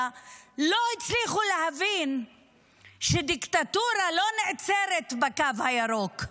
לא הצליחו להבין שדיקטטורה לא נעצרת בקו הירוק.